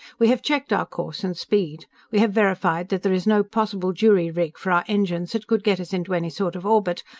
we have checked our course and speed. we have verified that there is no possible jury-rig for our engines that could get us into any sort of orbit,